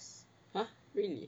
!huh! really